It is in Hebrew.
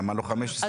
למה לא 15 שנים?